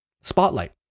spotlight